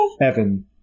Evan